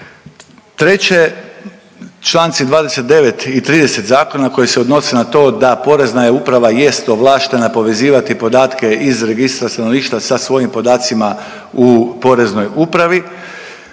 Treće, Članci 29. i 30. zakona koji se odnose na to da porezna je uprava jest ovlaštena povezivati podatke iz registra stanovništva sa svojim podacima u Poreznoj upravi,